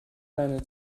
keine